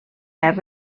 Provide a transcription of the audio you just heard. verd